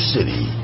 City